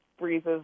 Breeze's